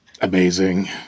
amazing